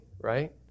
right